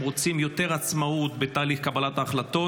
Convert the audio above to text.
רוצים יותר עצמאות בתהליך קבלת ההחלטות.